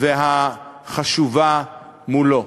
והחשובה מולו.